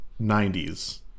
90s